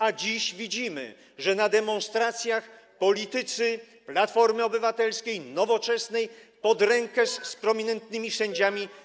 A dziś widzimy, że na demonstracjach politycy Platformy Obywatelskiej, Nowoczesnej występują pod rękę z prominentnymi sędziami.